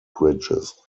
bridges